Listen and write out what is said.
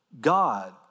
God